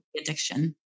addiction